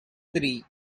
three